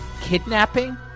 kidnapping